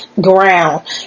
ground